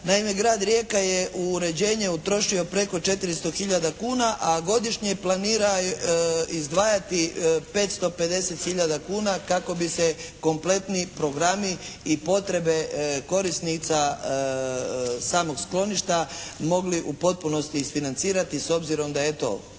Naime Grad Rijeka je u uređenje utrošio preko 400 hiljada kuna, a godišnje planira izdvajati 550 hiljada kuna kako bi se kompletniji programi i potrebe korisnica samog skloništa mogli u potpunosti isfinancirati, s obzirom da eto